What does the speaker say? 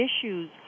issues